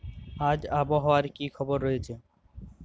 আজ আবহাওয়ার কি খবর রয়েছে?